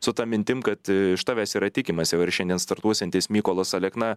su ta mintim kad iš tavęs yra tikimasi ir šiandien startuosiantis mykolas alekna